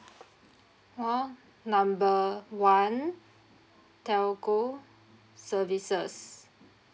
call number one telco services